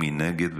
מי נגד?